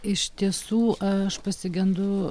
iš tiesų aš pasigendu